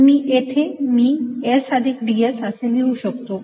येथे मी S अधिक ds असे लिहू शकतो